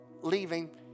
leaving